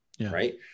Right